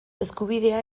eskubidea